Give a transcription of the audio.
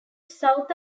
south